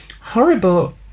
horrible